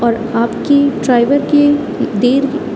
اور آپ کے ڈرائیور کی دیر